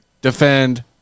defend